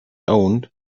owned